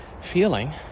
feeling